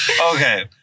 Okay